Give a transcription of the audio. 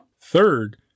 Third